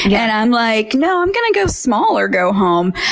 yeah and i'm like, no, i'm going to go small or go home.